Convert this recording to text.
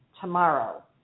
tomorrow